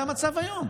זה המצב היום,